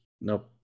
nope